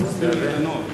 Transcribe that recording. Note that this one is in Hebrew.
תסביר לי את הנוהל.